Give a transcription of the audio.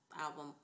album